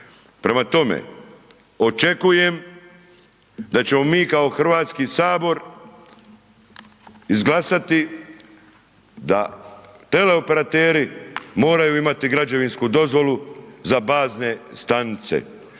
Prema tome, očekujem da ćemo mi kao Hrvatski sabor, izglasati, da teleoperateri, moraju imati građevinsku dozvolu za bazne stanice.